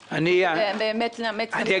זה באמת לאמץ את החוק שלנו ועוד חוקים נוספים